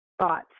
thoughts